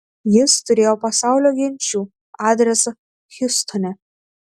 jis turėjo pasaulio genčių adresą hjustone